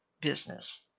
business